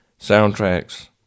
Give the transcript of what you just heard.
soundtracks